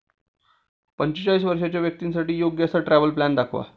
पंचेचाळीस वर्षांच्या व्यक्तींसाठी योग्य असा ट्रॅव्हल प्लॅन दाखवा